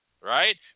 right